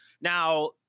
Now